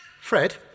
Fred